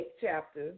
chapter